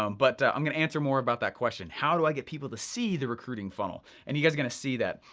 um but i'm gonna answer more about that question, how do i get people to see the recruiting funnel? and you guys are gonna see that.